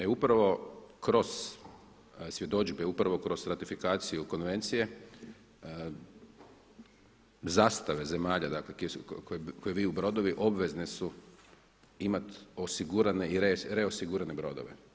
E upravo kroz svjedodžbe, upravo kroz ratifikaciju Konvencije, zastave zemalja, dakle koje viju brodovi obvezne su imati osigurane i reosigurane brodove.